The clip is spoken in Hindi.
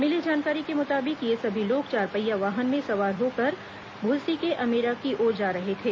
मिली जानकारी के मुताबिक ये सभी लोग चारपहिया वाहन में सवार होकर ग्राम भुलसी के अमेरा की ओर जा रहे थे